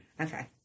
Okay